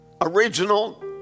original